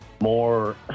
more